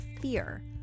fear